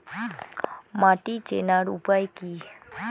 মাটি চেনার উপায় কি?